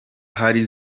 hari